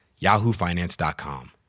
yahoofinance.com